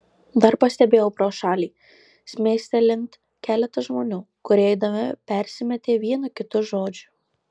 dar pastebėjau pro šalį šmėstelint keletą žmonių kurie eidami persimetė vienu kitu žodžiu